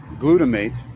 glutamate